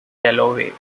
galloway